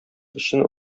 өчен